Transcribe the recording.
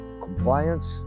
compliance